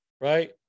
right